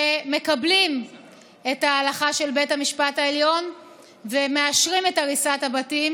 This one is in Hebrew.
שמקבלים את ההלכה של בית המשפט העליון ומאשרים את הריסת הבתים.